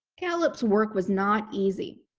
gallup's work was not easy.